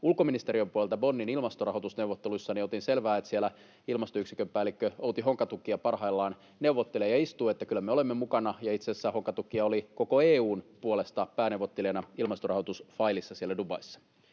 ulkoministeriön puolelta Bonnin ilmastorahoitusneuvotteluissa, niin otin selvää, että siellä ilmastoyksikön päällikkö Outi Honkatukia parhaillaan neuvottelee ja istuu. Niin että kyllä me olemme mukana, ja itse asiassa Honkatukia oli koko EU:n puolesta pääneuvottelijana ilmastorahoitus-filessa siellä Dubaissa.